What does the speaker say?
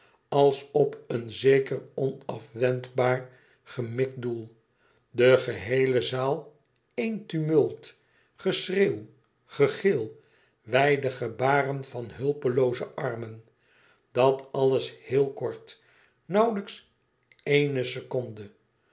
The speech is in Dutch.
als op een zeker onafwendbaar gemikt doel de geheele zaal één tumult geschreeuw gegil wijde gebaren van hulpelooze armen dat alles heel kort nauwlijks ééne seconde